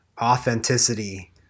authenticity